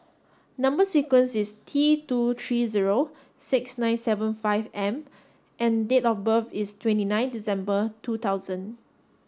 number sequence is T two three zero six nine seven five M and date of birth is twenty nine December two thousand